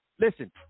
Listen